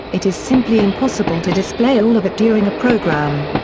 it is simply impossible to display all of it during a program.